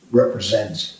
represents